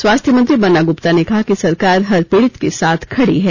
स्वास्थ्य मंत्री बन्ना गुप्ता ने कहा कि सरकार हर पीड़ित के साथ खड़ी है